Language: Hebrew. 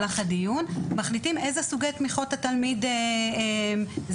מחליטים איזה סוגי תמיכות התלמיד צריך,